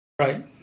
right